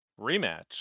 Rematch